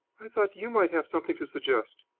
i thought you might have something to suggest.